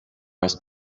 must